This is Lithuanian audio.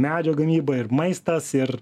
medžio gamyba ir maistas ir